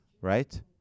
right